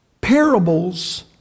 Parables